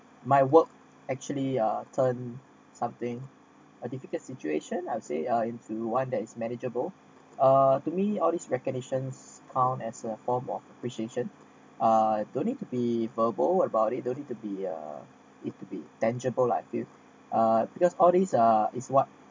my work actually uh turned something a difficult situation I would say into one that is manageable uh to me all these recognition count as a form of appreciation uh don't need to be verbal about it don't need to be uh it to be tangible lah I feel uh because all these are is what